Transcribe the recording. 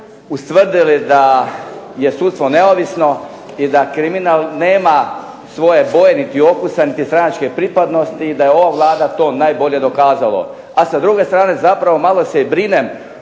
ustvrdili da je sudstvo neovisno i da kriminal nema svoje boje niti okusa niti stranačke pripadnosti i da je ova Vlada to najbolje dokazala. A sa druge strane zapravo malo se i brinem